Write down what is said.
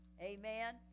Amen